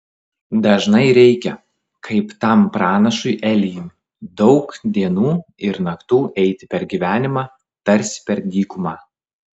dažnai reikia kaip tam pranašui elijui daug dienų ir naktų eiti per gyvenimą tarsi per dykumą